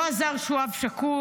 לא עזר שהוא אב שכול,